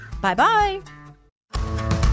Bye-bye